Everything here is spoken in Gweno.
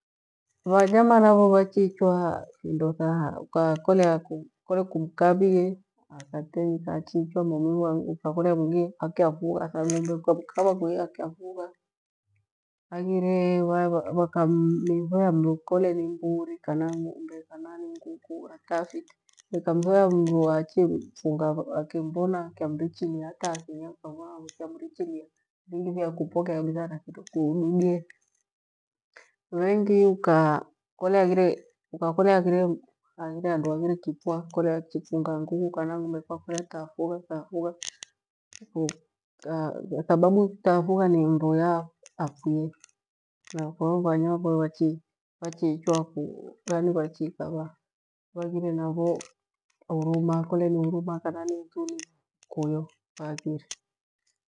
Vanyama navo vakiichwa indo kaha koakolea kukole kumkabhie aghatei ghachiichwa maumivu ukaghole unge akyahugha bhaghire vyaya vyakamnibhaya mnukole ni mburi kana ng'umbe kana nguku aka fike. Vikamghoya mruwache funga akimbona akiamrichi niata asinia kobhaa asiniamrichilia vingi vya kupokea bidhaa lakitu kududile, vengi ukakolea haghire ukakolea aghire ange handu haghire kitwa kole achifugha nguka kana gh'umbe kwakolea taphugha taphugha thababu phuga ni mru uya afwie kwahiyo vanyama vichiichwa ku vachiikaa vaghire navo huruma kana ni iki kuya vaghire.